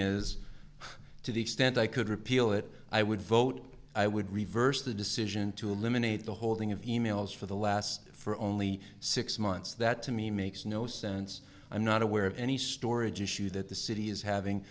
is to the extent i could repeal it i would vote i would reverse the decision to eliminate the holding of emails for the last for only six months that to me makes no sense i'm not aware of any storage issue that the city is having